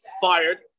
fired